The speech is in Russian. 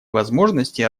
возможностей